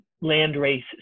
land-race